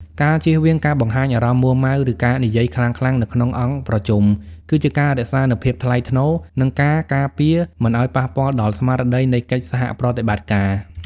ការជៀសវាងការបង្ហាញអារម្មណ៍មួម៉ៅ ឬការនិយាយខ្លាំងៗនៅក្នុងអង្គប្រជុំ គឺជាការរក្សានូវភាពថ្លៃថ្នូរ និងការការពារមិនឱ្យប៉ះពាល់ដល់ស្មារតីនៃកិច្ចសហប្រតិបត្តិការ។